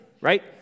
right